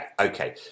Okay